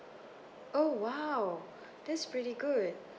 oh !wow! that's really good